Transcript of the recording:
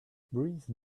breathe